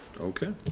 okay